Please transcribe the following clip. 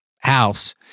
house